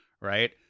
right